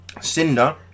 Cinder